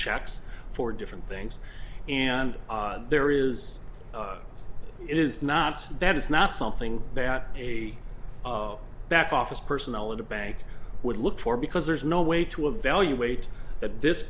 checks for different things and there is it is not that is not something that a back office personnel and a bank would look for because there no way to evaluate that this